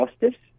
justice